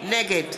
נגד